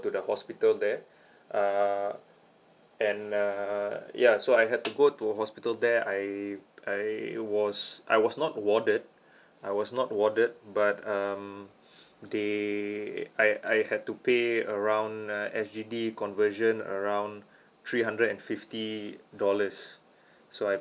to the hospital there uh and uh ya so I had to go to hospital there I I was I was not warded I was not warded but um they I I had to pay around uh S_G_D conversion around three hundred and fifty dollars so I